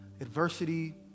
adversity